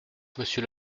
monsieur